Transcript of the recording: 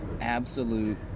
absolute –